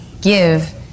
give